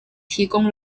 提供